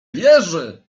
wierzy